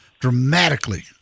dramatically